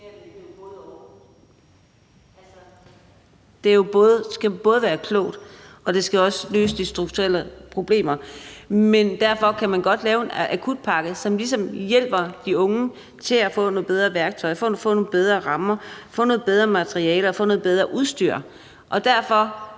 Det skal jo både være klogt og løse de strukturelle problemer, men derfor kan man godt lave en akutpakke, som ligesom hjælper de unge til at få noget bedre værktøj, nogle bedre materialer, noget bedre udstyr, så de får